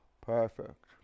Perfect